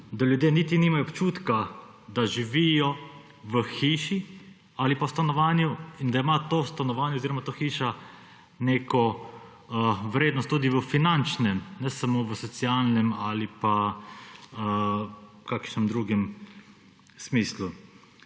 da ljudje niti nimajo občutka, da živijo v hiši ali v stanovanju in da ima to stanovanje oziroma ta hiša neko vrednost tudi v finančnem ne samo v socialnem ali pa kakšnem drugem smislu.